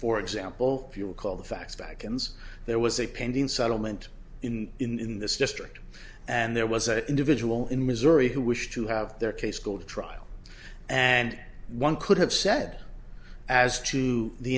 for example if you recall the facts beckons there was a pending settlement in in this district and there was an individual in missouri who wished to have their case go to trial and one could have said as to the